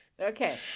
Okay